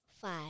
five